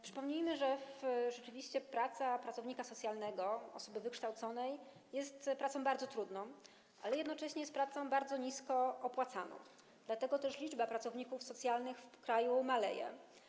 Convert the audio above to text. Przypomnijmy, że rzeczywiście praca pracownika socjalnego, osoby wykształconej jest pracą bardzo trudną, ale jednocześnie jest pracą bardzo nisko opłacaną, dlatego też liczba pracowników socjalnych w kraju maleje.